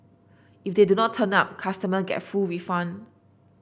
if they do not turn up customers get full refund